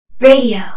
radio